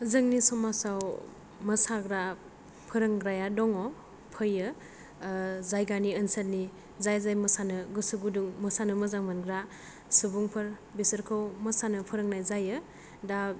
जोंनि समाजाव मोसाग्रा फोरोंग्राया दङ फैयो जायगानि ओनसोलनि जाय जाय मोसानो गोसो गुदुं मोसानो मोजां मोनग्रा सुबुंफोर बिसोरखौ मोसानो फोरोंनाय जायो दा